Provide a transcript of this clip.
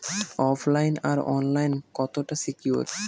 ওফ line আর online কতটা secure?